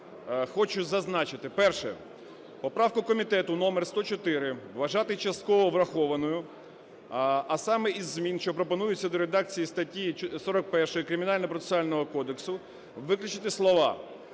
хочу зазначити. Перше. Поправку комітету номер 104 вважати частково врахованою, а саме із змін, що пропонуються до редакції статті 41 Кримінально-процесуального кодексу, виключити слова